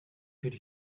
could